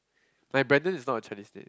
my Brandon is not a Chinese name